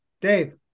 Dave